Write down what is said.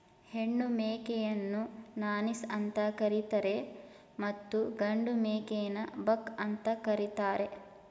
ಹೆಣ್ಣು ಮೇಕೆಯನ್ನು ನಾನೀಸ್ ಅಂತ ಕರಿತರೆ ಮತ್ತು ಗಂಡು ಮೇಕೆನ ಬಕ್ ಅಂತ ಕರಿತಾರೆ